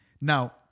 Now